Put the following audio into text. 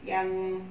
yang